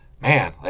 man